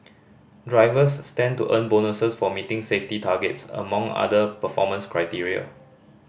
drivers stand to earn bonuses for meeting safety targets among other performance criteria